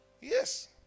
Yes